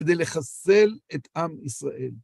כדי לחסל את עם ישראל.